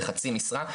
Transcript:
בחצי משרה,